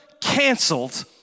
canceled